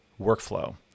workflow